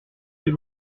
mais